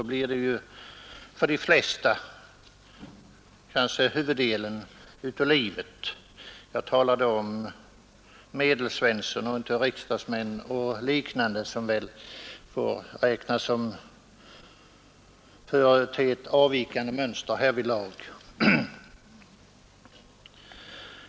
De flesta tillbringar där huvuddelen av sitt liv — jag talar nu om Medelsvensson och inte om riksdagsmän och andra som väl får anses förete ett avvikande mönster härvidlag.